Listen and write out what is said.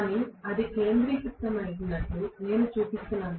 కానీ అది కేంద్రీకృతమై ఉన్నట్లు నేను చూపిస్తున్నాను